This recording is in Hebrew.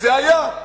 זה היה.